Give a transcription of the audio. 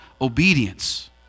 obedience